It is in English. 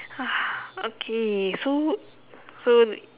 okay so so